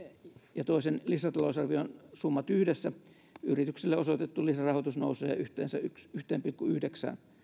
ja toisen lisätalousarvion summat yhdessä yrityksille osoitettu lisärahoitus nousee yhteensä yhteen pilkku yhdeksään